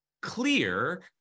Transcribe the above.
clear